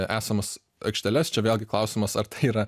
esamas aikšteles čia vėlgi klausimas ar tai yra